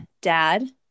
Dad